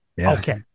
Okay